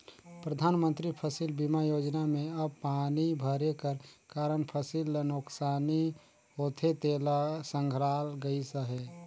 परधानमंतरी फसिल बीमा योजना में अब पानी भरे कर कारन फसिल ल नोसकानी होथे तेला संघराल गइस अहे